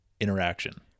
interaction